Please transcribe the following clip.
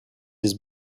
his